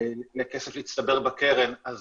לכסף להצטבר בקרן, אז